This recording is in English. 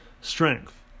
strength